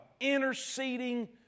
interceding